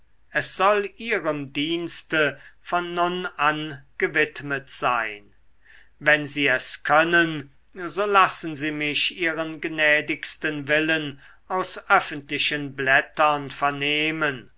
es soll ihrem dienste von nun an gewidmet sein wenn sie es können so lassen sie mich ihren gnädigsten willen aus öffentlichen blättern vernehmen